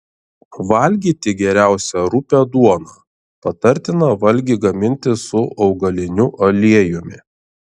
valgyti geriausia rupią duoną patartina valgį gaminti su augaliniu aliejumi